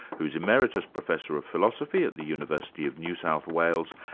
who's emeritus professor of philosophy at the university of new south wales,